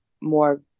more